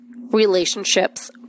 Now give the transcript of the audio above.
relationships